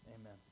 amen